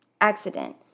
accident